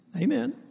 Amen